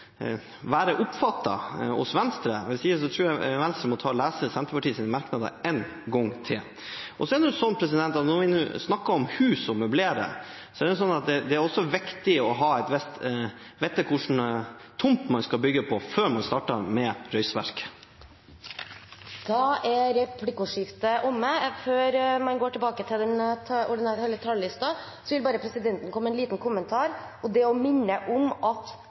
være oppfattet av Venstre. Hvis ikke tror jeg Venstre må lese Senterpartiets merknader en gang til. Så er det nå sånn, når man snakker om hus og møblering, at det også er viktig å vite hva slags tomt man skal bygge på, før man starter med reisverket. Da er replikkordskiftet omme. Før vi går tilbake til den ordinære talerlisten, vil presidenten minne om at